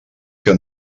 que